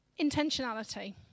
intentionality